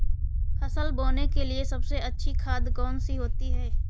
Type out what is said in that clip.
फसल बोने के लिए सबसे अच्छी खाद कौन सी होती है?